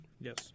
Yes